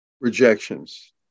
rejections